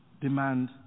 demand